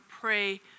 pray